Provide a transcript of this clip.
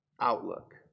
outlook